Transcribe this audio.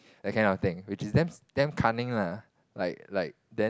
that kind of thing which is damn damn cunning lah like like then